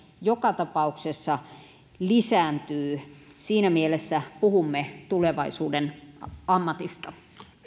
joka tapauksessa lisääntyy siinä mielessä puhumme tulevaisuuden ammatista